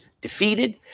defeated